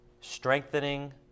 strengthening